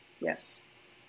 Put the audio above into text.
Yes